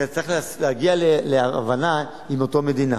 כי אני צריך להגיע להבנה עם אותה מדינה,